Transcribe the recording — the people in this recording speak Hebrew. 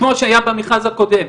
כמו שהיה במכרז הקודם.